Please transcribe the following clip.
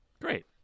Great